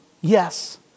Yes